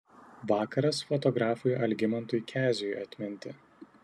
vakaras fotografui algimantui keziui atminti